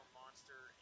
monster